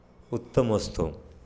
उत्तम असतो